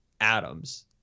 Adams